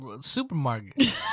Supermarket